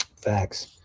Facts